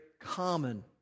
common